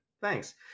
Thanks